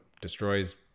destroys